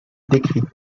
décrites